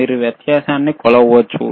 మీరు వ్యత్యాసాన్ని కొలవవచ్చు